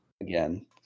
again